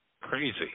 crazy